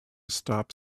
stop